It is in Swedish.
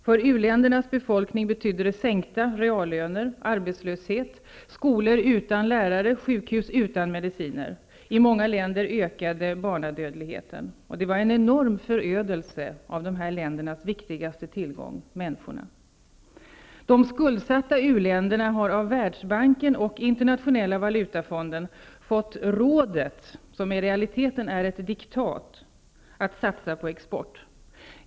För u-ländernas befolkning betydde det sänkta reallöner, arbetslöshet, skolor utan lärare och sjukhus utan mediciner. I många länder ökade barnadödligheten. Det var en enorm förödelse av dessa länders viktigaste tillgång, människorna. De skuldsatta u-länderna har av Världsbanken och Internationella valutafonden fått rådet, som i realiteten är ett diktat, att satsa på export.